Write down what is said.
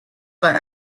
but